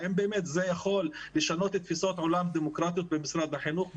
האם באמת זה יכול לשנות תפיסות עולם דמוקרטיות במשרד החינוך?